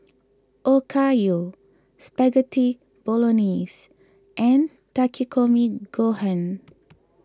Okayu Spaghetti Bolognese and Takikomi Gohan